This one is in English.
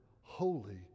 holy